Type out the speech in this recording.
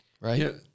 right